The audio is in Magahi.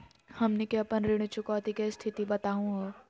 हमनी के अपन ऋण चुकौती के स्थिति बताहु हो?